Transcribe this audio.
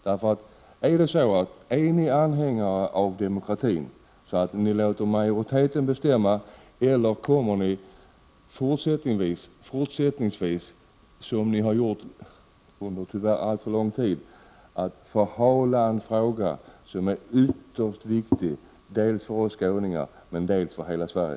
Kommer ni att agera som anhängare av demokratin och således låta majoriteten bestämma eller kommer ni även fortsättningsvis — som ni ju redan under, tyvärr, alltför lång tid gjort — att förhala en fråga som är ytterst viktig inte bara för oss skåningar utan för hela Sverige?